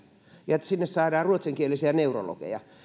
ja että sinne saadaan ruotsinkielisiä neurologeja